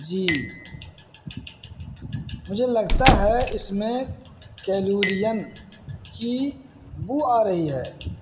جی مجھے لگتا ہے اس میں کیلورین کی بو آ رہی ہے